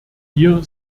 hier